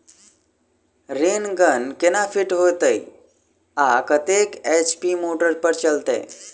Rain gun केना fit हेतइ आ कतेक एच.पी मोटर पर चलतै?